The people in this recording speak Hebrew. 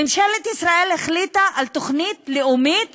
ממשלת ישראל החליטה על תוכנית לאומית